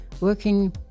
Working